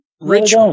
Rich